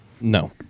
no